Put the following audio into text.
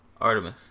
Artemis